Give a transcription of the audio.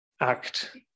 act